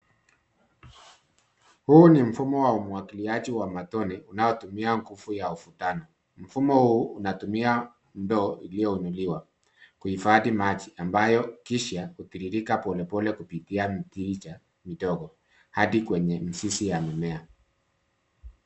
Huu ni mfumo wa umwagiliaji wa matone ,unaotumia nguvu ya uvutano ,mfumo huu unatumia ndoo iliyoinuliwa kuhifadhi maji ambayo kisha hutiririka pole pole kupitia mtiija midogo hadi kwenye mizizi ya mimea .